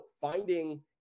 finding